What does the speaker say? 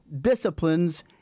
disciplines